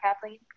Kathleen